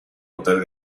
hotel